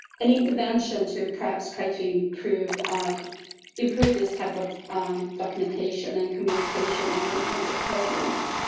any intervention to perhaps try to improve improve this type of documentation and communication in the intensive care unit.